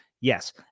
Yes